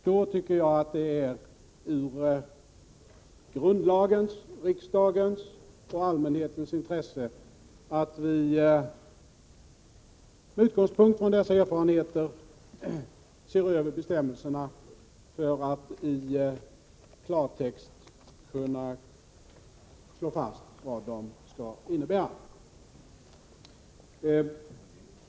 Jag tycker att det är i grundlagens, riksdagens och allmänhetens intresse att vi med utgångspunkt i dessa erfarenheter ser över bestämmelserna för att i klartext kunna slå fast vad de skall innebära.